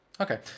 Okay